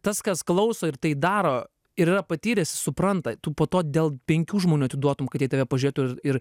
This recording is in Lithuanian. tas kas klauso ir tai daro ir yra patyręs jis supranta tu po to dėl penkių žmonių atiduotum kad jie į tave pažiūrėtų ir ir